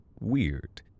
weird